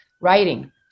writing